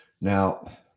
now